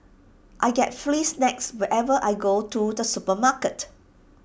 I get free snacks whenever I go to the supermarket